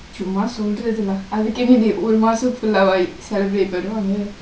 சும்மா சொல்ரதுல்ல அதுக்கு நீ ஒறு மாசத்துக்கு:summa solrathulla athukku nee oru maasathukku celebrate பன்லாமே:panlaame